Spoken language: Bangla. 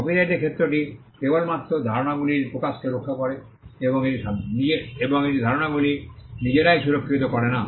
কপিরাইটের ক্ষেত্রটি কেবলমাত্র ধারণাগুলিরই প্রকাশকে রক্ষা করে এবং এটি ধারণাগুলি নিজেরাই সুরক্ষিত করে না